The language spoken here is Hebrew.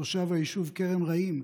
תושב היישוב כרם רעים,